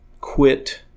quit